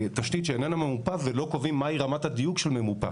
תשתית שאיננה ממופה ולא קובעים מה היא רמת הדיוק של ממופה.